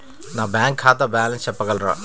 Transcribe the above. నా బ్యాంక్ ఖాతా బ్యాలెన్స్ చెప్పగలరా?